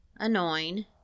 Annoying